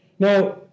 Now